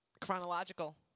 Chronological